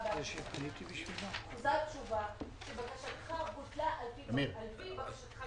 בערבות מדינה הוחזרה תשובה: בקשתך בוטלה על פי בקשתך,